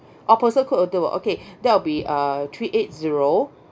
orh postal code will do okay that will be uh three eight zero